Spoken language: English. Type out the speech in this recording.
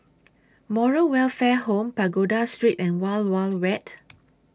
Moral Welfare Home Pagoda Street and Wild Wild Wet